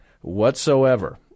whatsoever